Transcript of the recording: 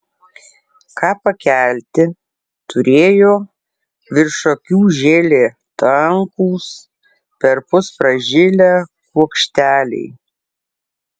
ką pakelti turėjo virš akių žėlė tankūs perpus pražilę kuokšteliai